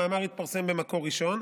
המאמר התפרסם במקור ראשון.